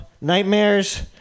nightmares